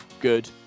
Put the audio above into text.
good